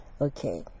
okay